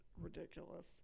ridiculous